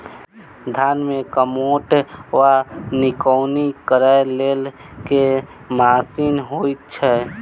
धान मे कमोट वा निकौनी करै लेल केँ मशीन होइ छै?